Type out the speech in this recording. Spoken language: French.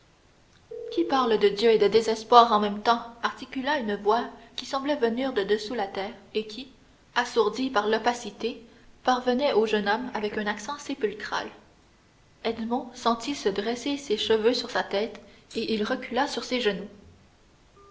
qui parle de dieu et de désespoir en même temps articula une voix qui semblait venir de dessous terre et qui assourdie par l'opacité parvenait au jeune homme avec un accent sépulcral edmond sentit se dresser ses cheveux sur sa tête et il recula sur ses genoux